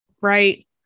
Right